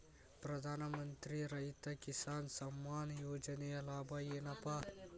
ಪ್ರಧಾನಮಂತ್ರಿ ರೈತ ಕಿಸಾನ್ ಸಮ್ಮಾನ ಯೋಜನೆಯ ಲಾಭ ಏನಪಾ?